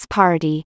party